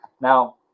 now